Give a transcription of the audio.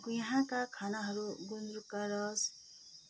यहाँका खानाहरू गुन्द्रुकका रस